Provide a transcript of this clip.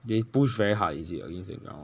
they push very hard is it against the ground